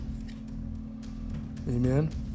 Amen